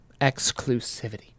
Exclusivity